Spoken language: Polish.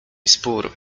spór